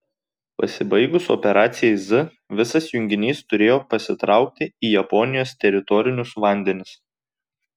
pasibaigus operacijai z visas junginys turėjo pasitraukti į japonijos teritorinius vandenis